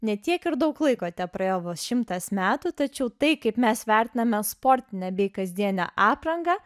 ne tiek ir daug laiko tepraėjo vos šimtas metų tačiau tai kaip mes vertiname sportinę bei kasdienę aprangą